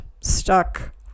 stuck